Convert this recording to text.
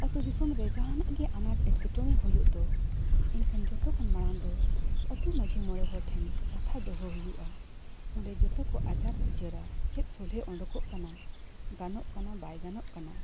ᱟᱛᱳ ᱫᱤᱥᱚᱢ ᱨᱮ ᱡᱟᱦᱟᱸᱱᱟᱜ ᱜᱮ ᱟᱱᱟᱴ ᱮᱴᱠᱮᱴᱚᱬᱮ ᱦᱩᱭᱩᱜ ᱫᱚ ᱮᱱᱠᱷᱟᱱ ᱡᱷᱚᱛᱚ ᱠᱷᱚᱱ ᱢᱟᱲᱟᱝ ᱫᱚ ᱟᱛᱳ ᱢᱟᱡᱷᱤ ᱢᱚᱬᱮ ᱦᱚᱲ ᱴᱷᱮᱱ ᱠᱟᱛᱷᱟ ᱫᱚᱦᱚ ᱦᱩᱭᱩᱜᱼᱟ ᱚᱸᱰᱮ ᱡᱷᱚᱛᱚ ᱠᱚ ᱟᱪᱟᱨ ᱵᱤᱪᱟᱹᱨᱟ ᱪᱮᱫ ᱥᱚᱞᱦᱮ ᱚᱰᱚᱠᱚᱜ ᱠᱟᱱᱟ ᱜᱟᱱᱚᱜ ᱠᱟᱱᱟ ᱵᱟᱭ ᱜᱟᱱᱚᱜ ᱠᱟᱱᱟ